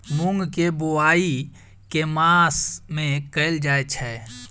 मूँग केँ बोवाई केँ मास मे कैल जाएँ छैय?